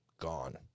gone